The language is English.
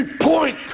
point